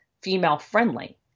female-friendly